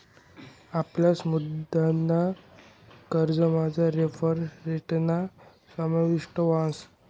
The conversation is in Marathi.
अल्प मुदतना कर्जमझार रेफरल रेटना समावेश व्हस